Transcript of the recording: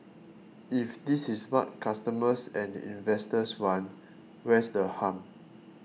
if this is what customers and investors want where's the harm